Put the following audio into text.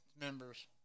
members